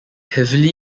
heavily